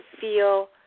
feel